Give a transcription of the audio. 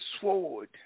sword